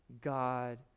God